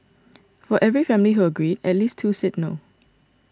for every family who agreed at least two said no